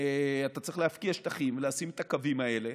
אתה צריך להפקיע שטחים, לשים את הקווים האלה,